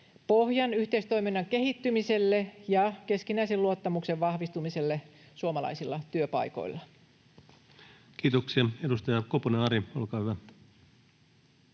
pohjan yhteistoiminnan kehittymiselle ja keskinäisen luottamuksen vahvistumiselle suomalaisilla työpaikoilla. Kiitoksia. — Edustaja Koponen, Ari, olkaa hyvä!